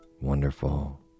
wonderful